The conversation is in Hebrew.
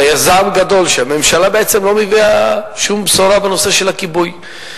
והיה זעם גדול שהממשלה בעצם לא מביאה שום בשורה בנושא של הכיבוי.